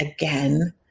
again